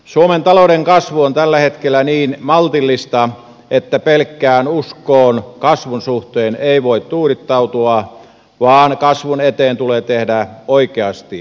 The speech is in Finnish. suomen talouden kasvu on tällä hetkellä niin maltillista että pelkkään uskoon kasvun suhteen ei voi tuudittautua vaan kasvun eteen tulee tehdä oikeasti töitä